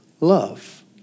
love